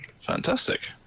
Fantastic